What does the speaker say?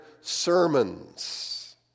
sermons